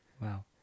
Wow